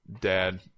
dad